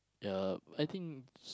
ya I think s~